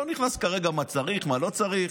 אני לא נכנס כרגע למה צריך ומה לא צריך.